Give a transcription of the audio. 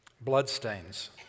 bloodstains